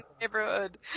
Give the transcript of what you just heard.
neighborhood